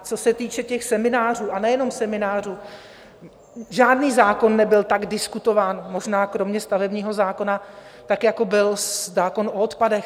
Co se týče těch seminářů, a nejenom seminářů: žádný zákon nebyl tak diskutován možná kromě stavebního zákona tak, jako byl zákon o odpadech.